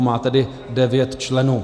Má tedy devět členů.